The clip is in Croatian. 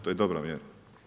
To je dobra mjera.